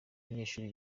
abanyeshuri